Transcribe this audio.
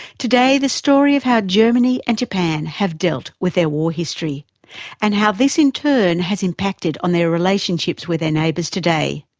today the story of how germany and japan have dealt with their war history and how this in turn has impacted on their relationships with their neighbours today.